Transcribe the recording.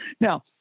Now